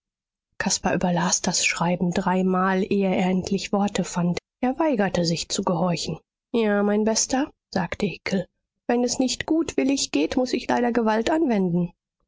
überlas das schreiben dreimal ehe er endlich worte fand er weigerte sich zu gehorchen ja mein bester sagte hickel wenn es nicht gutwillig geht muß ich leider gewalt anwenden